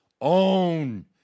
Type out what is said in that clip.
own